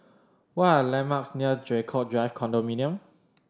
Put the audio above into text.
what are the landmarks near Draycott Drive Condominium